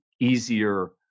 easier